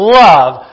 love